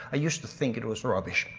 i used to think it was rubbish.